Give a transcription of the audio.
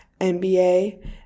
NBA